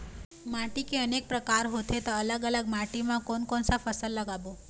माटी के अनेक प्रकार होथे ता अलग अलग माटी मा कोन कौन सा फसल लगाबो?